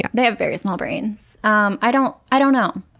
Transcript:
yeah they have very small brains. um i don't i don't know.